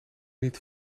niet